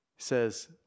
Says